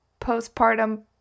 postpartum